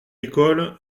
l’école